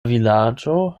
vilaĝo